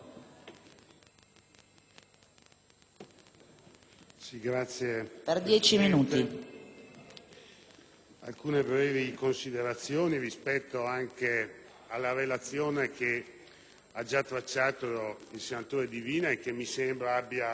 svolgerò alcune brevi considerazioni rispetto alla relazione che ha già tracciato il senatore Divina che mi sembra abbia riportato e reso ben